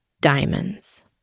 diamonds